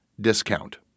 discount